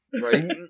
Right